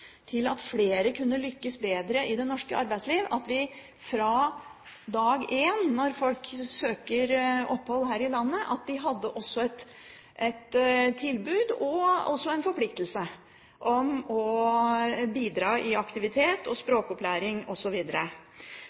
til at flere kunne lykkes bedre i det norske arbeidsliv, at vi fra dag én, når folk søker opphold her i landet, også hadde et tilbud og en forpliktelse om å bidra i aktivitet og språkopplæring